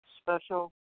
special